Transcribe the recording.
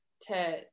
to-